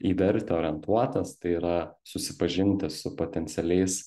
į vertę orientuotas tai yra susipažinti su potencialiais